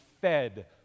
fed